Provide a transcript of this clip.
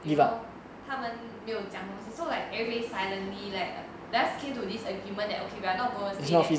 you know 他们没有讲东西 so like everybody silently right just came to this agreement that okay we're not going to say that